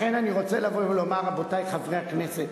לכן, אני רוצה לבוא ולומר, רבותי חברי הכנסת: